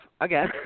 again